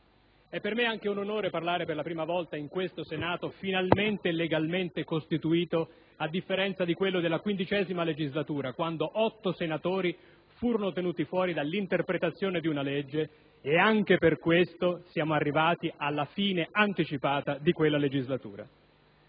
È per me anche un onore parlare per la prima volta in questo Senato finalmente e legalmente costituito, a differenza di quello della XV legislatura quando otto senatori furono tenuti fuori dall'interpretazione di una legge, e anche per questo siamo arrivati alla fine anticipata di quella legislatura.